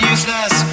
useless